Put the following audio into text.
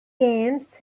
games